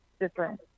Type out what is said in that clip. different